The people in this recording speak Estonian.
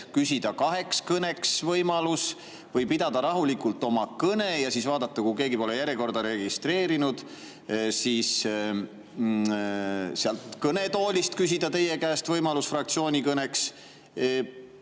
küsida kaheks kõneks võimalus või pidada rahulikult oma kõne ära ja siis vaadata, kas keegi on järjekorda registreerunud, ja kui ei ole, siis sealt kõnetoolist küsida teie käest võimalust fraktsiooni nimel